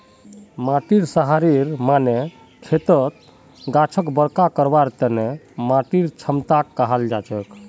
माटीर सहारेर माने खेतर गाछक बरका करवार तने माटीर क्षमताक कहाल जाछेक